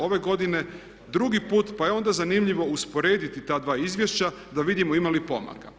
Ove godine drugi put, pa je onda zanimljivo usporediti ta dva izvješća da vidimo ima li pomaka.